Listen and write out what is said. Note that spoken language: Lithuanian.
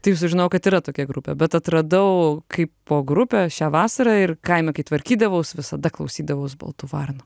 taip sužinojau kad yra tokia grupė bet atradau kaipo grupę šią vasarą ir kaime kai tvarkydavaus visada klausydavaus baltų varnų